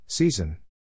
Season